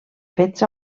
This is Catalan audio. fets